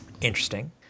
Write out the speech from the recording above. Interesting